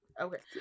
okay